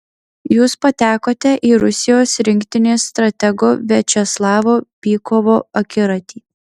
jūs patekote į rusijos rinktinės stratego viačeslavo bykovo akiratį